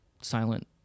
silent